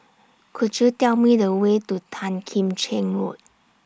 Could YOU Tell Me The Way to Tan Kim Cheng Road